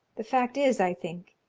the fact is, i think,